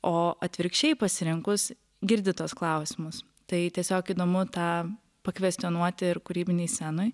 o atvirkščiai pasirinkus girdi tuos klausimus tai tiesiog įdomu tą pakvestionuoti ir kūrybinėj scenoj